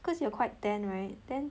cause you are quite tan right then